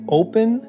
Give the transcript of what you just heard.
open